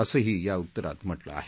असंही या उत्तरात म्हटलं आहे